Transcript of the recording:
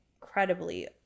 incredibly